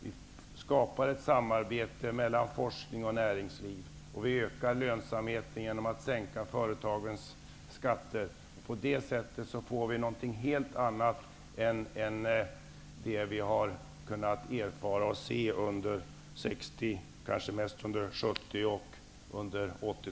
Vi skapar ett samarbete mellan forskning och näringsliv och ökar lönsamheten genom att sänka företagens skatter. På det sättet får vi någonting helt annat än det vi har kunnat erfara och se under 60-talet men kanske mest under 70